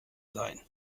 sein